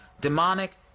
demonic